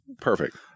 Perfect